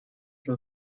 для